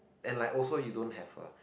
and like also you don't have a